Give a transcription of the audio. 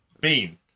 bean